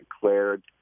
declared